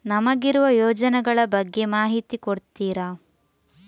ನಮಗಿರುವ ಯೋಜನೆಗಳ ಬಗ್ಗೆ ಮಾಹಿತಿ ಕೊಡ್ತೀರಾ?